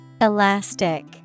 Elastic